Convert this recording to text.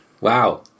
Wow